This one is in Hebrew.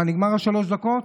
מה, נגמרו שלוש הדקות?